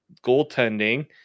goaltending